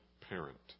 parent